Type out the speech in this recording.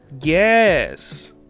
Yes